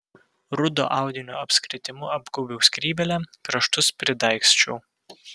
rudo audinio apskritimu apgaubiau skrybėlę kraštus pridaigsčiau